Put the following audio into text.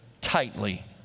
tightly